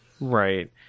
Right